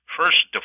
First